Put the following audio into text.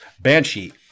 Banshee